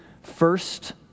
first